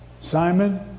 Simon